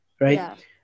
right